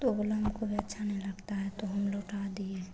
तो वह बोला हमको भी अच्छा नहीं लगता है तो हम लौटा दिए